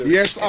Yes